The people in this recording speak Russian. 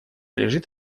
лежит